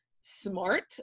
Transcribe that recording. smart